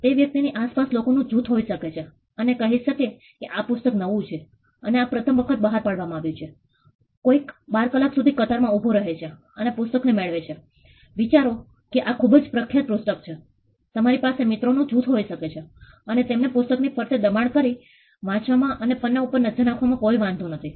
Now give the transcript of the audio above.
તે વ્યક્તિ ની આસપાસ લોકોનું જૂથ હોઈ શકે છે અને કહી શકે છે કે આ પુસ્તક નવું છે અને આ પ્રથમ વખત બહાર પાડવામાં આવ્યું છે કોઈક 12 કલાક સુધી કતાર માં ઉભો રહે છે અને પુસ્તક ને મેળવે છે વિચારો કે આ ખુબજ પ્રખ્યાત પુસ્તક છે તમારી પાસે મિત્રોનું જૂથ હોઈ શકે છે અને તેમને પુસ્તક ની ફરતે દબાણ કરી વાંચવામાં અને પન્ના ઉપર નજર નાખવામાં કોઈ વાંધો નથી